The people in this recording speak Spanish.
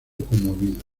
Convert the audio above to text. conmovido